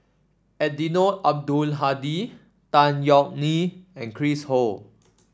Eddino Abdul Hadi Tan Yeok Nee and Chris Ho